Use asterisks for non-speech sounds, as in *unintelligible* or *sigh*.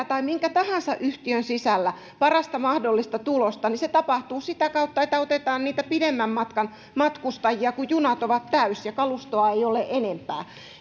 *unintelligible* tai minkä tahansa yhtiön sisällä parasta mahdollista tulosta se tapahtuu sitä kautta että otetaan niitä pidemmän matkan matkustajia kun junat ovat täysiä ja kalustoa ei ole enempää